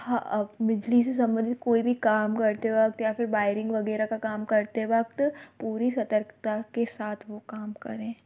हाँ आप बिजली से संबंधित कोई भी काम करते वक़्त या फिर बायरिंग वग़ैरह का काम करते वक़्त पूरी सतर्कता के साथ वो काम करें